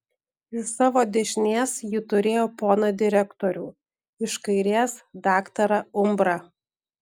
iš savo dešinės ji turėjo poną direktorių iš kairės daktarą umbrą